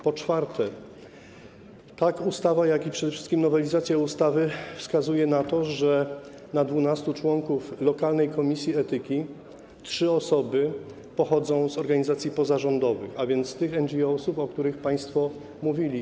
Po czwarte, tak ustawa, jak i przede wszystkim nowelizacja ustawy wskazuje na to, że na 12 członków lokalnej komisji etyki trzy osoby pochodzą z organizacji pozarządowych, a więc z tych NGO, o których państwo mówili.